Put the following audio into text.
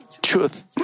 truth